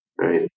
right